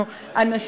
הבעיה